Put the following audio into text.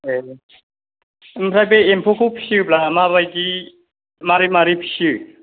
ए ओमफ्राय बे एम्फौखौ फिसियोब्ला माबायदि माबोरै माबोरै फिसियो